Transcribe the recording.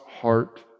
heart